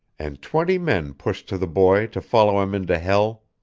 and twenty men pushed to the boy to follow him into hell.